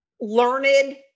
learned